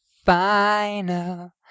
final